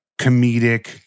Comedic